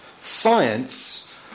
Science